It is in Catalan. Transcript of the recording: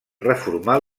reformà